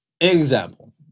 example